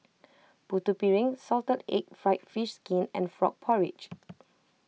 Putu Piring Salted Egg Fried Fish Skin and Frog Porridge